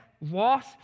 loss